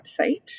website